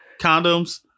condoms